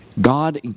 God